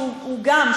שהוא גם,